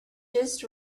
just